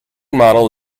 model